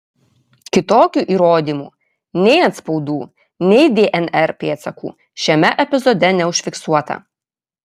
kitokių įrodymų nei atspaudų nei dnr pėdsakų šiame epizode neužfiksuota